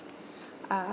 uh